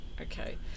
okay